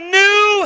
new